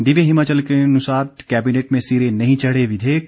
दिव्य हिमाचल के अनुसार कैबिनेट में सिरे नहीं चढ़े विधेयक